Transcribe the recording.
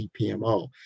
PMO